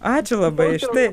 ačiū labai štai